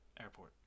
airport